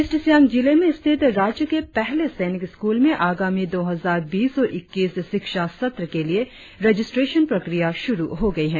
east Siang जिले में स्थित राज्य के पहले सैनिक स्कूल में आगामी दो हजार बीस इक्कीस शिक्षा सत्र के लिए रजिस्ट्रेशन प्रक्रिया शुरु हो गई हैं